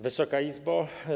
Wysoka Izbo!